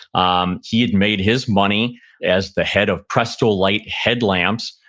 um he had made his money as the head of prest-o-lite headlamps,